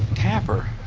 tapper.